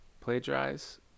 plagiarize